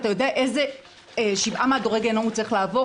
הוא צריך לעבור שבעה מדורי גיהינום.